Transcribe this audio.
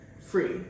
free